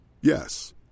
Yes